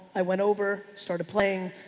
i went over, started playing,